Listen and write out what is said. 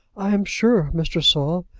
i am sure, mr. saul,